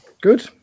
Good